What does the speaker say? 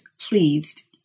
pleased